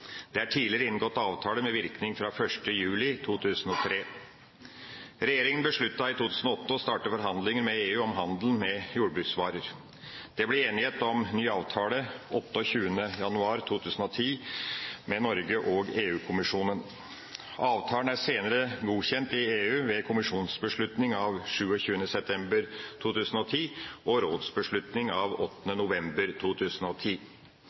Det er tidligere inngått avtaler med virkning fra 1. juli 2003. Regjeringa besluttet i 2008 å starte forhandlinger med EU om handel med jordbruksvarer. Det ble enighet om ny avtale 28. januar 2010 med Norge og EU-kommisjonen. Avtalen er senere godkjent i EU ved kommisjonsbeslutning av 27. september 2010 og rådsbeslutning av 8. november 2010.